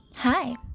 Hi